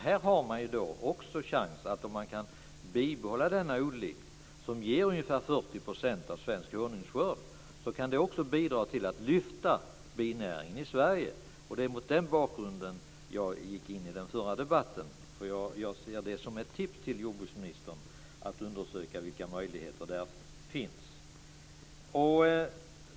Här har man också en chans, om man kan bibehålla denna odling som ger ungefär 40 % av svensk honungsskörd, att lyfta binäringen i Sverige. Det är mot den bakgrunden jag gick in i den förra debatten. Jag vill ge det som tips till jordbruksministern att undersöka vilka möjligheter där finns.